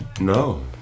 No